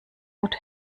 would